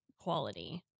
quality